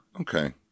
Okay